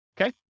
Okay